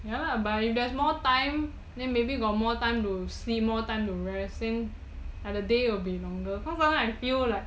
ya lah but if there is more time then maybe got more time to sleep more time to rest like the day will be longer because sometimes I feel like